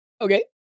okay